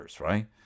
right